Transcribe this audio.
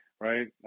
right